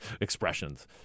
expressions